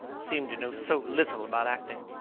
seemed to know so little about acting.